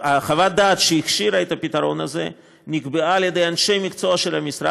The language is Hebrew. חוות הדעת שהכשירה את הפתרון הזה נקבעה על ידי אנשי מקצוע של המשרד,